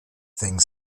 things